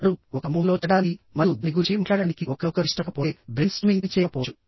వారు ఒక సమూహంలో చేరడానికి మరియు దాని గురించి మాట్లాడటానికి ఒకరినొకరు ఇష్టపడకపోతే బ్రెయిన్ స్ట్రోమింగ్ పనిచేయకపోవచ్చు